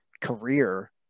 career